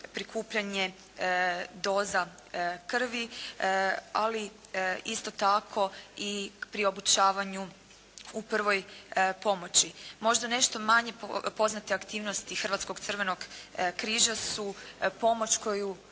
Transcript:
prikupljanje doza krvi. Ali isto tako i pri obučavanju u prvoj pomoći. Možda nešto manje poznate aktivnosti Hrvatskog crvenog križa su pomoć koju